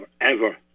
forever